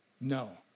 No